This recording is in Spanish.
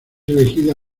elegida